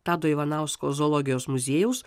tado ivanausko zoologijos muziejaus